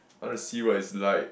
want to see what is like